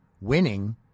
winning